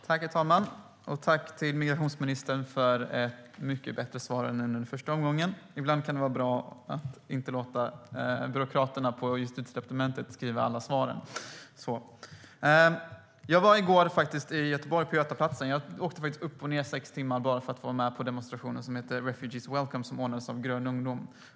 Herr talman! Jag tackar migrationsministern för ett mycket bättre svar än i det första inlägget. Ibland kan det vara bra att inte låta byråkraterna på Justitiedepartementet skriva alla svar. I går var jag i Göteborg på Götaplatsen. Jag åkte dit och tillbaka på sex timmar bara för att få vara med på demonstrationen Refugees Welcome, som anordnades av Grön Ungdom.